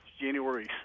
January